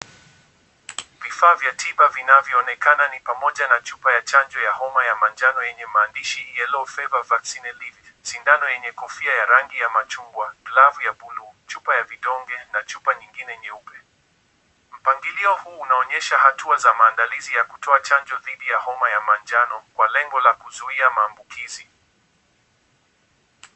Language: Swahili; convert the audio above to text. Vifaa vya tiba vinavyoonekana ni pamoja na chupa ya chanjo ya homa ya manjano yenye maandishi yellow fever vaccine . Sindano lenye kofia ya rangi ya machungwa, glavu ya buluu, chupa ya vidonge na chupa nyingine nyeupe. Mpangilio huu unaonyesha hatua za maandalizi ya kutoa chanjo dhidi ya homa ya manjano kwa lengo la kuzuia maambukizi.